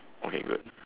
okay good